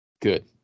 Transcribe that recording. Good